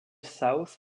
south